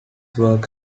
work